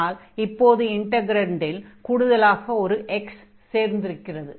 ஆனால் இப்போது இன்டக்ரன்டில் கூடுதலாக ஒரு 'x சேர்ந்திருக்கிறது